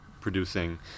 producing